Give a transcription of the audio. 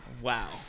Wow